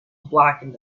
blackened